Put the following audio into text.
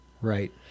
Right